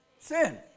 Sin